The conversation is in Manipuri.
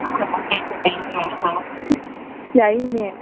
ꯌꯥꯏꯅꯦ